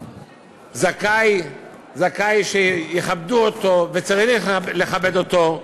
זכאי שיכבדו אותו, וצריך לכבד אותו.